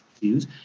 views